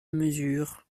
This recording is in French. mesure